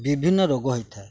ବିଭିନ୍ନ ରୋଗ ହେଇଥାଏ